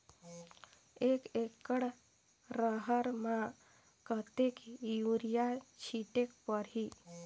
एक एकड रहर म कतेक युरिया छीटेक परही?